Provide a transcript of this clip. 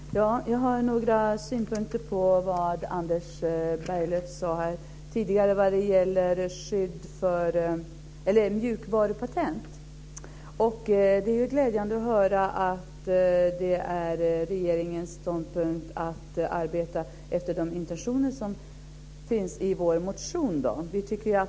Fru talman! Jag har några synpunkter på det Anders Berglöv sade när det gäller mjukvarupatent. Det är glädjande att höra att det är regeringens ståndpunkt att man ska arbeta efter de intentioner som finns i vår motion.